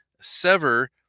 sever